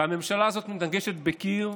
והממשלה הזאת מתנגשת בקיר,